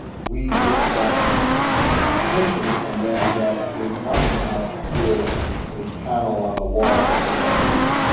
we get that attention from them that they might not give a panel on the wall that they had to read.